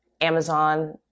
Amazon